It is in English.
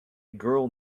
girl